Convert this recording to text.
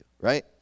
right